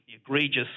egregious